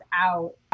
out